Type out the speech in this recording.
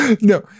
No